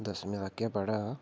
दसमी तक गै पढ़े दा